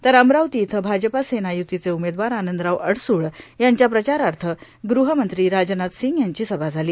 तर अमरावती इथं भाजपा सेना युतीचे उमेदवार आनंदराव अडसूळ यांच्या प्रचारार्थ गृहमंत्री राजनाथ सिंग यांची सभा झाली